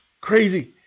crazy